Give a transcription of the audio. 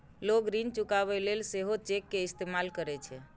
लोग ऋण चुकाबै लेल सेहो चेक के इस्तेमाल करै छै